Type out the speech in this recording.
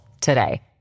today